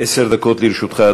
עשר דקות לרשותך,